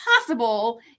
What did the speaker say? possible